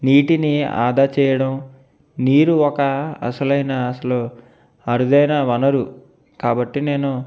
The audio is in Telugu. నీటిని ఆదా చేయటం నీరు ఒక అసలైన అసలు అరుదైన వనరు కాబట్టి నేను